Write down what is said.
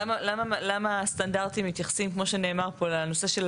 למה הסטנדרטים מתייחסים כמו שנאמר פה לנושא של